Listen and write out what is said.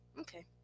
Okay